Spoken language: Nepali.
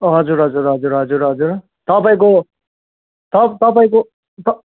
हजुर हजुर हजुर हजुर हजुर तपाईँको तपाईँको त